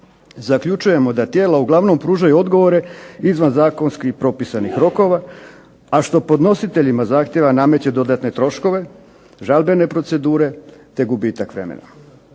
zaključujemo da tijela uglavnom pružaju odgovore izvan zakonskih propisanih rokova, a što podnositeljima zahtjeva nameće dodatne troškove, žalbene procedure te gubitak vremena.